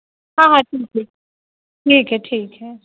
ہاں ٹھیک ہے ٹھیک ہے ٹھیک ہے